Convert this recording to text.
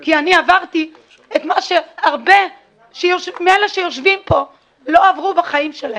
כי אני עברתי את מה שהרבה מאלה שיושבים פה לא עברו בחיים שלהם.